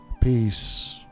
peace